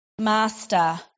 Master